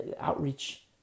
outreach